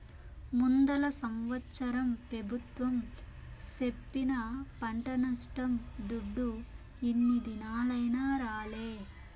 ముందల సంవత్సరం పెబుత్వం సెప్పిన పంట నష్టం దుడ్డు ఇన్ని దినాలైనా రాలే